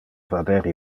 vader